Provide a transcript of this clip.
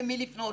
למי לפנות,